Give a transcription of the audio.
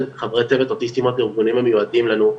חברי צוות אוטיסטים לארגונים המיועדים לנו,